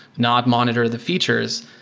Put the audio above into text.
not monitor the features.